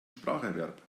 spracherwerb